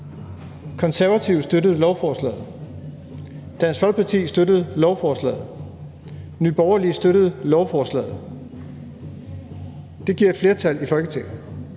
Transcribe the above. Konservative støttede lovforslaget, Dansk Folkeparti støttede lovforslaget, og Nye Borgerlige støttede lovforslaget. Det giver et flertal i Folketinget.